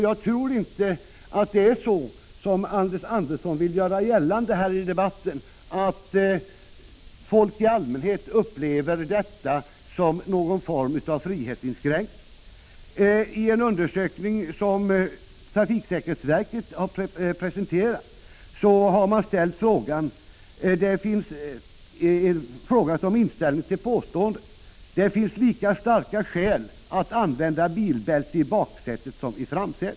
Jag tror inte att det är så som Anders Andersson vill göra gällande här i debatten att folk i allmänhet upplever detta som någon form av frihetsinskränkning. I en undersökning som trafiksäkerhetsverket presenterat har man frågat om inställningen till följande påstående: Det finns lika starka skäl till att använda bilbälte i baksätet som i framsätet.